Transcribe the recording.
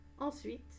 ensuite